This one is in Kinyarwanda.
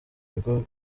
bigo